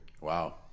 Wow